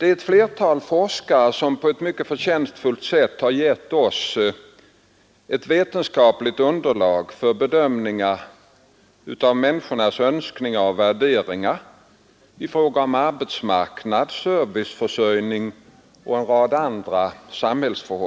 Ett flertal forskare har på ett mycket förtjänstfullt sätt givit oss ett vetenskapligt underlag för bedömningar av människornas önskningar och värderingar när det gäller arbetsmarknad, serviceinrättningar och en rad andra samhällsfunktioner.